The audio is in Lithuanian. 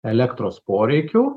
elektros poreikių